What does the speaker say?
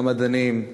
גם מדענים,